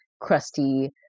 crusty